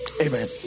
Amen